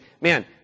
man